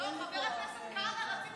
חבר הכנסת כהנא, רציתי